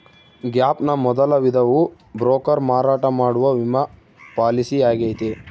gap ನ ಮೊದಲ ವಿಧವು ಬ್ರೋಕರ್ ಮಾರಾಟ ಮಾಡುವ ವಿಮಾ ಪಾಲಿಸಿಯಾಗೈತೆ